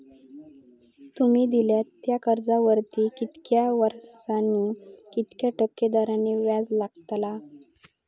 तुमि दिल्यात त्या कर्जावरती कितक्या वर्सानी कितक्या टक्के दराने व्याज लागतला?